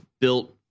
built